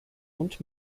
und